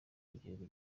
ry’igihugu